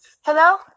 Hello